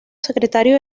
secretario